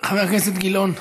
חבר הכנסת גילאון.